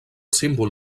símbol